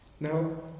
Now